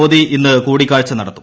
മോദി ഇന്ന് കൂടിക്കാഴ്ച നടത്തി